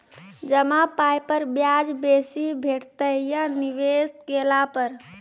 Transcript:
जमा पाय पर ब्याज बेसी भेटतै या निवेश केला पर?